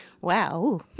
Wow